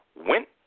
went